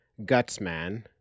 Gutsman